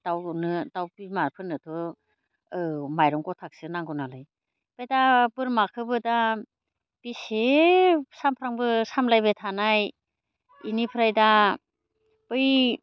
दाउनो दाउ बिमाफोरनोथ' औ माइरं गथाखौसो नांगौनालाय ओमफ्राय दा बोरमाखोबो दा बेसे सामफ्रामबो सामलायबाय थानाय इनिफ्राय दा बै